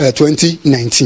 2019